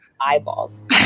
Eyeballs